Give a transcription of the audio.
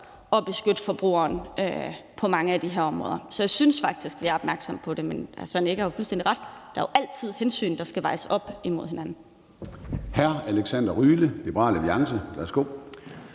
at beskytte forbrugeren på mange af de her områder. Så jeg synes faktisk, at vi er opmærksomme på det, men hr. Søren Egge Rasmussen har fuldstændig ret, der er jo altid hensyn, der skal vejes op imod hinanden.